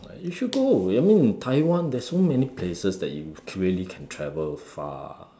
you should go I mean in Taiwan there's so many places that you would really can travel far